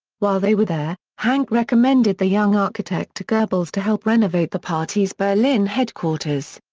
while they were there, hanke recommended the young architect to goebbels to help renovate the party's berlin headquarters.